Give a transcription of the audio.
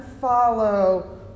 follow